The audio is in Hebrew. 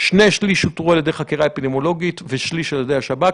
שני שלישים אותרו על ידי חקירה אפידמיולוגית ושליש על ידי השב"כ.